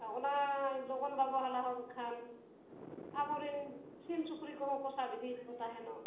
ᱚᱱᱟ ᱞᱚᱜᱚᱱ ᱵᱟᱵᱚ ᱦᱟᱞᱟ ᱦᱚᱸᱫ ᱠᱷᱟᱱ ᱟᱵᱚᱨᱮᱱ ᱥᱤᱢ ᱥᱩᱠᱨᱤ ᱠᱚᱦᱚᱸ ᱠᱚ ᱥᱟᱵ ᱤᱫᱤᱭᱮᱫ ᱠᱚ ᱛᱟᱦᱮᱱᱚᱜ